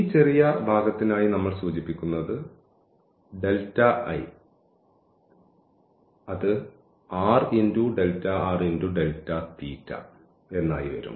ഈ ചെറിയ ഭാഗത്തിനായി നമ്മൾ ഇവിടെ സൂചിപ്പിച്ചത് ഈ Δi അത് r ΔrΔθ എന്നായി വരും